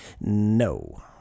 no